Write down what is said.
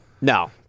No